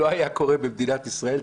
לא היה קורה במדינת ישראל,